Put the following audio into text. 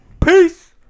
Peace